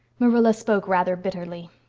marilla spoke rather bitterly.